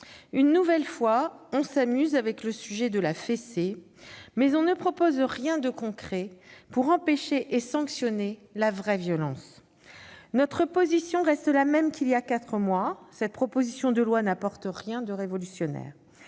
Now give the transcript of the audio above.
Une nouvelle fois, on s'amuse avec le sujet de la fessée, mais on ne propose rien de concret pour empêcher et sanctionner la vraie violence. Notre position est la même qu'il y a quatre mois : cette proposition de loi n'apporte rien de révolutionnaire.